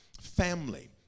family